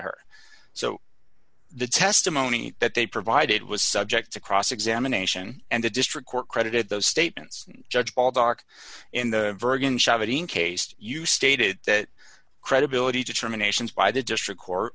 her so the testimony that they provided was subject to cross examination and the district court credited those statements judge paul dock in the virgin shouting case you stated that credibility determinations by the district court